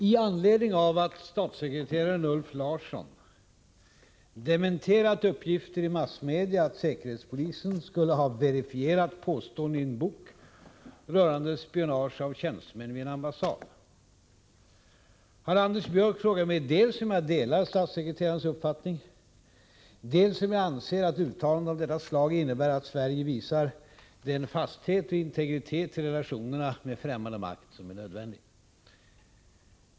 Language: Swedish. I anledning av att statssekreteraren Ulf Larsson dementerat uppgifter i massmedia att säkerhetspolisen skulle ha verifierat påståenden i en bok rörande spionage av tjänstemän vid en ambassad har Anders Björck frågat mig dels om jag delar statssekreterarens uppfattning, dels om jag anser att uttalanden av detta slag innebär att Sverige visar den fasthet och integritet i relationerna med främmande makt som är nödvändigt.